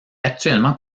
actuellement